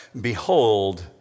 Behold